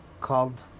called